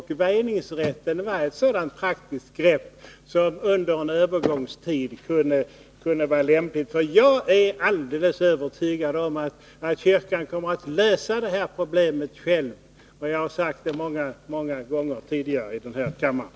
Väjningsrätten är ett sådant praktiskt grepp som under en övergångstid kunde vara lämpligt. Jag är nämligen alldeles övertygad om att kyrkan själv kan lösa problemet, och det har jag sagt många gånger tidigare här i kammaren.